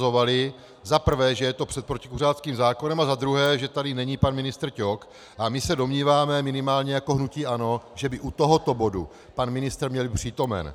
Za prvé, že je to před protikuřáckým zákonem, a za druhé, že tady není pan ministr Ťok a my se domníváme minimálně jako hnutí ANO, že by u tohoto bodu pan ministr měl být přítomen.